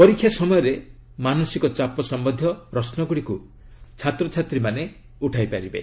ପରୀକ୍ଷା ସମୟରେ ମାନସିକ ଚାପ ସମ୍ଭନ୍ଧୀୟ ପ୍ରଶ୍ନଗୁଡ଼ିକୁ ଛାତ୍ରଛାତ୍ରୀମାନେ ଉଠାଇ ପାରିବେ